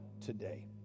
today